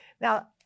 Now